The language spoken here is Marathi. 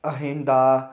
अहिंदा